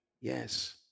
yes